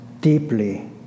deeply